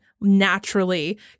naturally